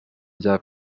bya